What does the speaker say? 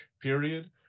period